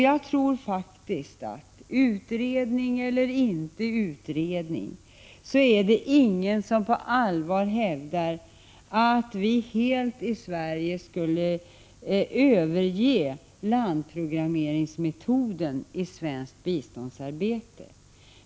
Jag tror faktiskt att ingen på allvar hävdar, vare sig vi gör en utredning eller inte, att vi i Sverige helt skulle överge landprogrammeringsmetoden i vårt biståndsarbete.